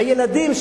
הילדים,